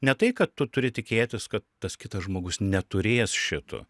ne tai kad tu turi tikėtis kad tas kitas žmogus neturės šito